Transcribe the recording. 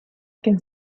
can